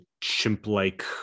chimp-like